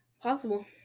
possible